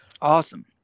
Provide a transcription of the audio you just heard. Awesome